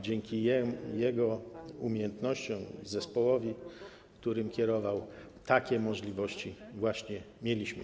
Dzięki jego umiejętnościom, zespołowi, którym kierował, takie możliwości właśnie mieliśmy.